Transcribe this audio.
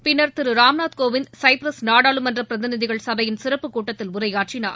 பின்னா் திரு ராம்நாத் கோவிந்த் சைபிரஸ் நாடாளுமன்ற பிரதிநிதிகள் சபையின் சிறப்புக் கூட்டத்தில் உரையாற்றினார்